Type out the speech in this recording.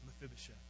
Mephibosheth